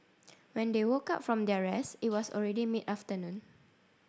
when they woke up from their rest it was already mid afternoon